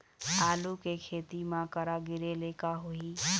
आलू के खेती म करा गिरेले का होही?